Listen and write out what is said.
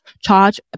charge